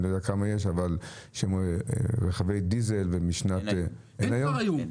שהם רכבי דיזל --- אין היום.